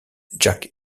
jack